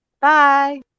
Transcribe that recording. Bye